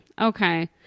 Okay